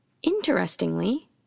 Interestingly